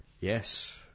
Yes